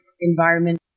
environment